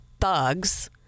thugs